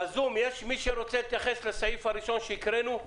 ב"זום" יש מי שרוצה להתייחס לסעיף הראשון שקראנו?